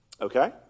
Okay